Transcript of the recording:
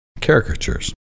Caricatures